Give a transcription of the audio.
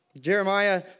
Jeremiah